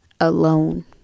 alone